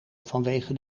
vanwege